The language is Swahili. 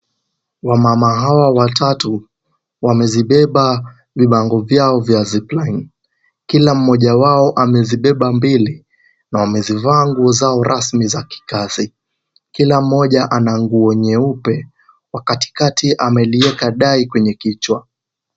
Wamama hawa watatu, wamezibeba, vibango vyao vya (cs)ziplin(cs), kila mmoja wao amezibeba mbili, na wamezivaa nguo zao rasmi za kikazi, kila mmoja ana nguo nyeupe, wa katikati amelieka dai kwenye kichwa.